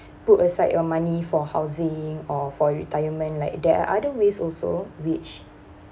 put aside your money for housing or for retirement like there are other ways also rich